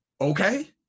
Okay